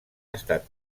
estat